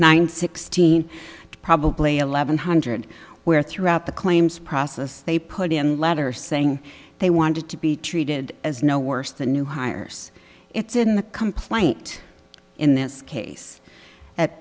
nine sixteen probably eleven hundred where throughout the claims process they put in letter saying they wanted to be treated as no worse than new hires it's in the complaint in this case